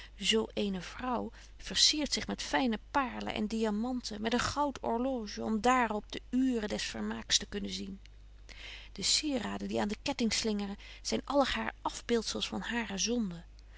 zo eene vrouw versiert zich met fyne paerlen en diamanten met een goud orloge om daar op de uuren des vermaaks te kunnen zien betje wolff en aagje deken historie van mejuffrouw sara burgerhart de sieraden die aan de ketting slingeren zyn allegaar afbeeldzels van hare zonden